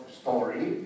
story